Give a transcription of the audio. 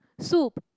soup